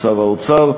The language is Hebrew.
לשר האוצר,